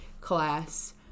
class